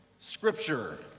Scripture